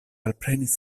alprenis